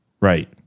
right